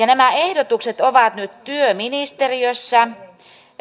nämä ehdotukset ovat nyt työministeriössä